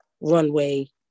Runway